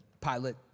pilot